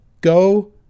Go